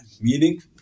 Meaning